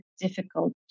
difficult